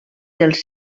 dels